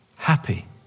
Happy